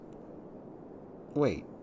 wait